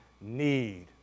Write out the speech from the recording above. need